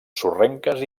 sorrenques